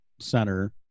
center